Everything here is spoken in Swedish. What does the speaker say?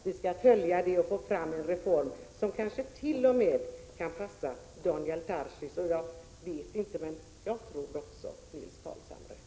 Vi skall följa upp detta och få fram en reform som t.o.m., kan 177 passa Daniel Tarschys och — jag vet inte riktigt säkert — kanske också Nils Carlshamre.